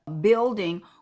building